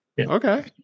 Okay